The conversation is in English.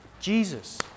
Jesus